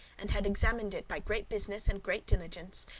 and had examined it by great business and great diligence,